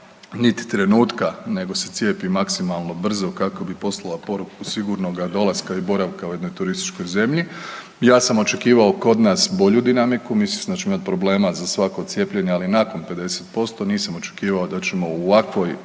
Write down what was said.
niti trenutka nego se cijepi maksimalno brzo kako bi poslala poruku sigurnoga dolaska i boravka u jednoj turističkoj zemlji. Ja sam očekivao kod nas bolju dinamiku, mislio sam da ćemo imat problema za svako cijepljenje, ali nakon 50%, nisam očekivao da ćemo u ovakvoj,